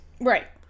Right